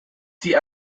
die